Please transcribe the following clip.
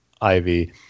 Ivy